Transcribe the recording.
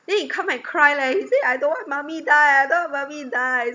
then he come and cry leh he say I don't want mummy die I don't want mummy die